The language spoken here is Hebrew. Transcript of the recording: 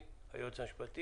מתנגדים,